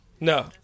No